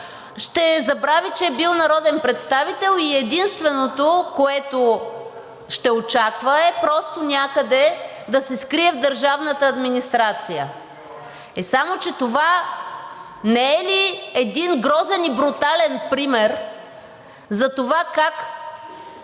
ще забрави, че е бил народен представител, и единственото, което ще очаква, е просто някъде да се скрие в държавната администрация. Само че това не е ли един грозен и брутален пример за това как